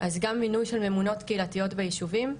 אז גם מינוי של ממונות קהילתיות ביישובים.